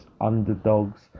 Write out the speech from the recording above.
Underdogs